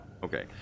Okay